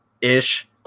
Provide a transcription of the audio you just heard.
ish